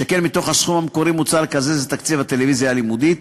שכן מתוך הסכום המקורי מוצע לקזז את תקציב הטלוויזיה הלימודית.